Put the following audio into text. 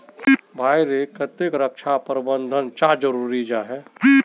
भाई ईर केते रक्षा प्रबंधन चाँ जरूरी जाहा?